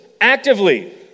actively